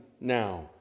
now